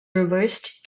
reversed